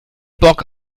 bock